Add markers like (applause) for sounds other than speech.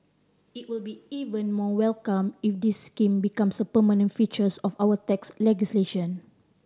it will be even more welcomed if this scheme becomes a permanent features of our tax (unintelligible)